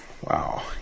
Wow